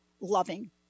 loving